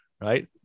right